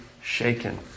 shaken